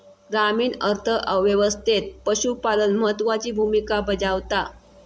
ग्रामीण अर्थ व्यवस्थेत पशुपालन महत्त्वाची भूमिका बजावता